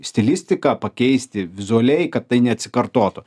stilistiką pakeisti vizualiai kad tai neatsikartotų